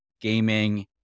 gaming